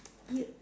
you